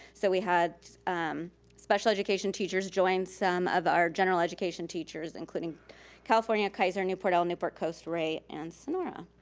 so we had special education teachers join some of our general education teachers, including california, kaiser, newport el, newport coast, rea, and sonora.